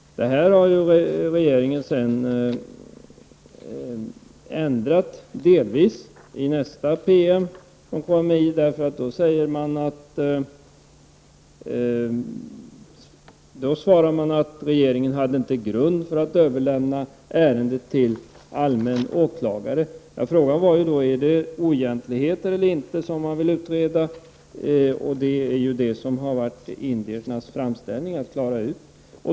Det här har regeringen senare delvis ändrat. I nästa PM från KMI sägs det att regeringen inte hade grund för att överlämna ärendet till allmän åklagare. Jag vill fråga: Är det oegentligheter eller inte som man vill utreda? Det är ju det som indierna har velat klarat ut.